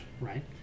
right